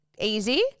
Easy